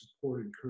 supported